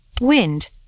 wind